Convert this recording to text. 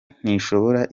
ntishobora